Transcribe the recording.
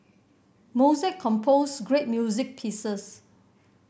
Mozart composed great music pieces